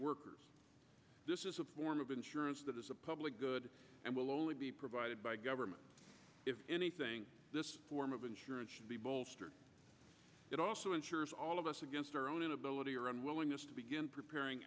workers this is a form of insurance that is a public good and will only be provided by government if anything this form of insurance should be bolstered it also ensures all of us against our own inability or unwillingness to begin preparing